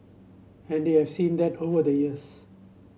and we've seen that over the years